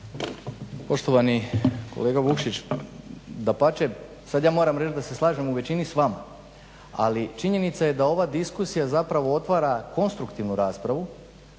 Poštovani kolega Vukšić dapače sad ja moram reći da se slažem u većini s vama, ali činjenica je da ova diskusija zapravo otvara konstruktivnu raspravu